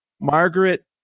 Margaret